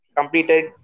completed